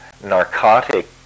narcotic